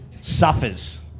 suffers